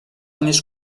més